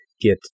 get